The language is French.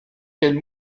quels